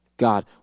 God